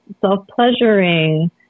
self-pleasuring